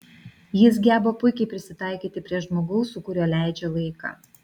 jis geba puikiai prisitaikyti prie žmogaus su kuriuo leidžia laiką